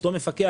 אותו מפקח,